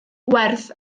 werdd